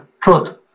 truth